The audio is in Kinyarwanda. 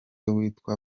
witwa